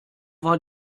war